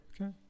Okay